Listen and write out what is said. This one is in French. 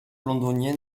londonien